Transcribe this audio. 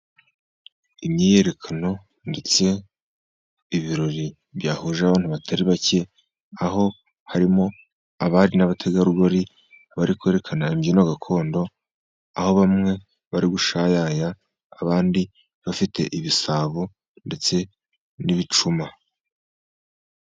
Imyiyerekano ndetse ibirori byahuje abantu batari bake, aho harimo abari n'abategarugori bari kwerekana imbyino gakondo, aho bamwe bari gushayaya, abandi bafite ibisabo ndetse n'ibicuma.